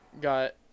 got